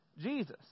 Jesus